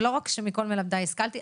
ולא רק שמכל מלמדיי השכלתי,